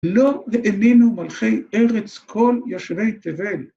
‫לא ואיננו מלכי ארץ כל ישבי תבל.